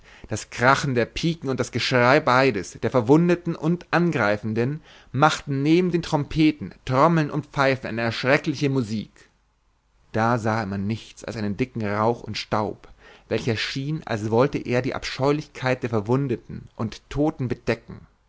das krachen der piken und das geschrei beides der verwundten und angreifenden machten neben den trompeten trommeln und pfeifen eine erschreckliche musik da sahe man nichts als einen dicken rauch und staub welcher schien als wollte er die abscheulichkeit der verwundten und toden bedecken